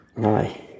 Hi